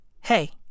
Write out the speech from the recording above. hey